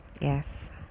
Yes